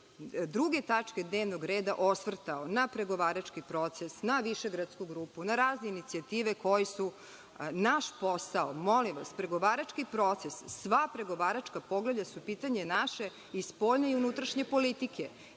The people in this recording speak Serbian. druge tačke dnevnog reda osvrtao na pregovarački proces, na višegradsku grupu, na razne inicijative koje su naš posao. Molim vas, pregovarački proces, sva pregovaračka poglavlja su pitanje naše i spoljne i unutrašnje politike.